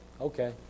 Okay